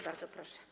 Bardzo proszę.